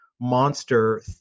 monster